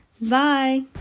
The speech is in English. Bye